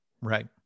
Right